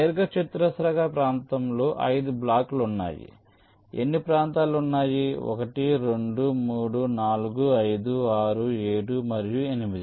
దీర్ఘచతురస్రాకార ప్రాంతంలో 5 బ్లాక్లు ఉన్నాయి ఎన్ని ప్రాంతాలు ఉన్నాయి 1 2 3 4 5 6 7 మరియు 8